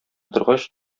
торгач